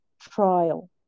trial